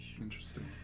Interesting